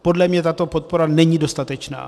Podle mě tato podpora není dostatečná.